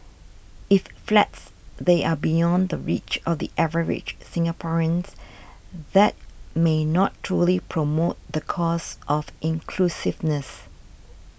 if flats there are beyond the reach of the average Singaporeans that may not truly promote the cause of inclusiveness